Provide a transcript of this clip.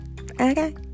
Okay